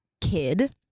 kid